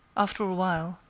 after a while,